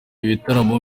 bitaramo